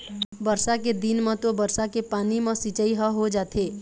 बरसा के दिन म तो बरसा के पानी म सिंचई ह हो जाथे